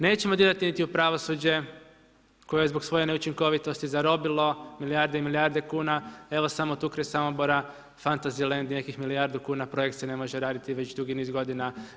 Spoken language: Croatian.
Nećemo dirati niti u pravosuđe koje je zbog svoje neučinkovitosti zarobilo milijarde i milijarde kuna, evo samo tu kraj Samobora Fantasy land je nekih milijardu kuna, projekt se ne može raditi već dugi niz godina.